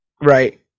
right